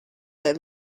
that